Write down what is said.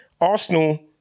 Arsenal